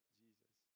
jesus